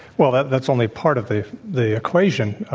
well, that's that's only part of the the equation.